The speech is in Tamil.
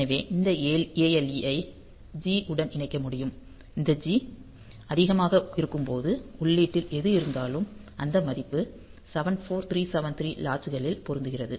எனவே இந்த ALE ஐ G உடன் இணைக்க முடியும் இந்த G அதிகமாக இருக்கும்போது உள்ளீட்டில் எது இருந்தாலும் அந்த மதிப்பு 74373 லாட்சு களில் பொருத்துகிறது